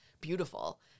beautiful